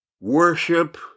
worship